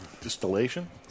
Distillation